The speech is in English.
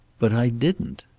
but i didn't.